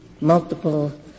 multiple